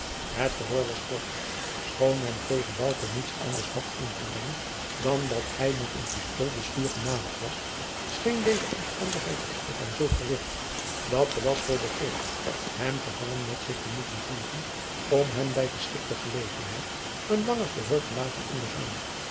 het verhoor was kort schoon men tegen bouke niets jacob van lennep de pleegzoon anders had in te brengen dan dat hij met een pistool de schuur genaderd was scheen deze omstandigheid echter van zulk gewicht dat velasco begreep hem gevangen met zich te moeten voeren om hem bij geschikter gelegenheid een langer verhoor te laten ondergaan